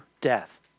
death